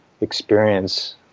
experience